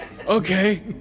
Okay